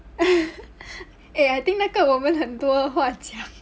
eh I think 那个我们很多话讲